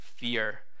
fear